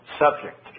subject